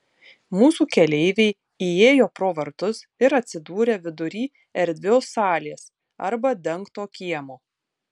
mūsų keleiviai įėjo pro vartus ir atsidūrė vidury erdvios salės arba dengto kiemo